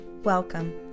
Welcome